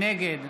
נגד